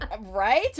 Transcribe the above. Right